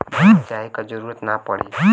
bank जाये क जरूरत ना पड़ी